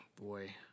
boy